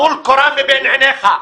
טול קורה מבין עיניך.